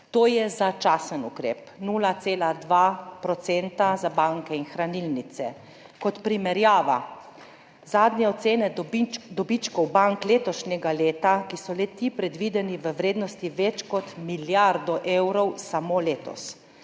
To je začasen ukrep, 0,2 % za banke in hranilnice. Kot primerjava, zadnje ocene dobičkov bank letošnjega leta, ki so predvideni v vrednosti več kot milijardo evrov samo letos,